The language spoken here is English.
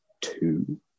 two